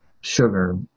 sugar